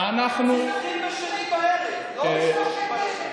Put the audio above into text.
אנחנו, זה התחיל בשני בערב, לא בשלישי בערב.